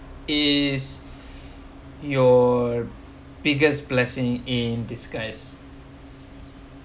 is your biggest blessing in disguise